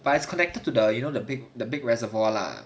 but it's connected to the you know the big the big reservoir lah